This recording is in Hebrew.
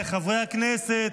רבותיי חברי הכנסת,